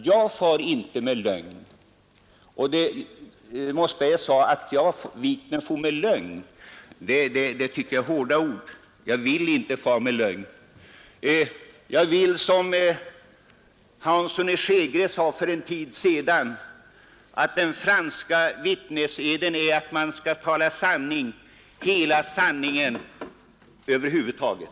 Jag far inte med lögn, och jag vill inte fara med lögn, utan jag vill, som herr Hansson i Skegrie sade för en tid sedan om den franska vittneseden, att man skall tala sanning och säga hela sanningen över huvud taget.